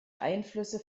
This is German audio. einflüsse